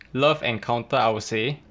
love encounter I would say